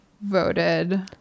voted